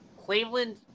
Cleveland